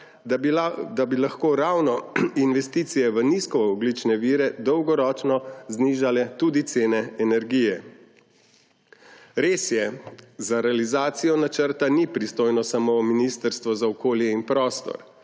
da bi lahko ravno investicije v nizkoogljične vire dolgoročno znižale tudi cene energije. Res je, za realizacijo načrta ni pristojno samo Ministrstvo za okolje in prostor,